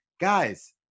guys